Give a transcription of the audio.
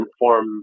inform